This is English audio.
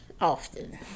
often